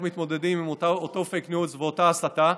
מתמודדים עם אותו פייק ניוז ואותה הסתה.